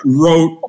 wrote